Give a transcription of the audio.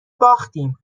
باختیم